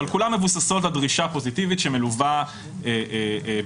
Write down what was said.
אבל כולן מבוססות על דרישה פוזיטיבית שמלווה באיום,